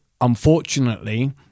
Unfortunately